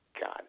God